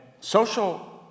social